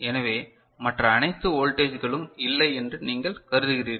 எனவே மற்ற அனைத்து வோல்டேஜ்களும் இல்லை என்று நீங்கள் கருதுகிறீர்கள்